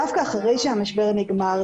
דווקא אחרי שהמשבר נגמר,